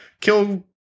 kill